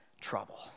trouble